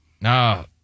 No